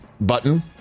button